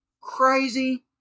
crazy